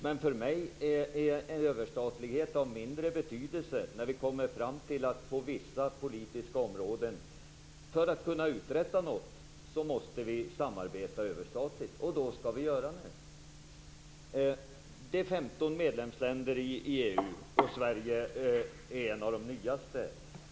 Men för mig är en överstatlighet av mindre betydelse. Men för att kunna uträtta något måste vi kunna samarbeta överstatligt, och då skall vi göra det. Det är 15 medlemsländer i EU, och Sverige är en av de nyaste medlemmarna.